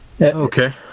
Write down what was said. Okay